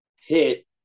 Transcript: hit